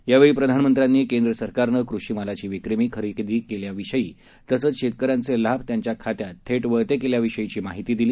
यावेळी प्रधानमंत्र्यांनी केंद्र सरकारनं कृषी मालाची विक्रमी खरेदी केल्याविषयी तसंच शेतकऱ्यांचे लाभ त्यांच्या खात्यात थेट वळते केल्याविषयीची माहिती दिली